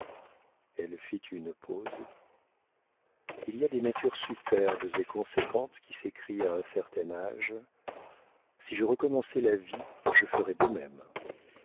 elle fit une pause il y a des natures superbes et conséquentes qui s'écrient à un certain âge si je recommençais la vie je ferais de même